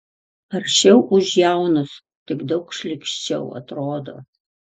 aršiau už jaunus tik daug šlykščiau atrodo